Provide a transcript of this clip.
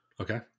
Okay